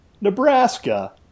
Nebraska